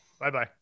Bye-bye